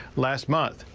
last month.